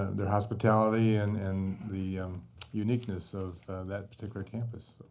their hospitality and and the uniqueness of that particular campus.